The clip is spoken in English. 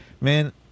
Man